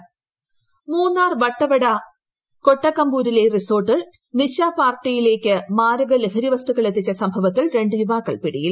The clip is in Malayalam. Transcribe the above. മൂന്നാർ വട്ടവട മൂന്നാർ വട്ടവട കൊട്ടാക്കംമ്പൂരിലെ റിസോർട്ടിൽ നിശപാർട്ടിയിലേക്ക് മാരക ലഹരി വസ്തുക്കളെത്തിച്ച സംഭവത്തിൽ രണ്ട് യുവാക്കൾ പിടിയിൽ